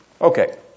Okay